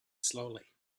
slowly